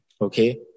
okay